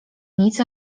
nic